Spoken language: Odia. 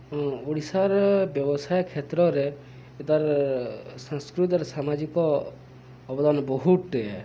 ହଁ ଓଡ଼ିଶାର୍ ବ୍ୟବସାୟ କ୍ଷେତ୍ରରେ ଇତାର୍ ସାଂସ୍କୃତି ଆର୍ ସାମାଜିକ ଅବଦାନ୍ ବହୁତ୍ଟେ ଏ